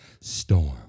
storm